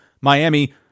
Miami